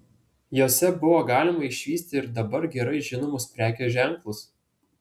jose buvo galima išvysti ir dabar gerai žinomus prekės ženklus